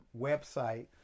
website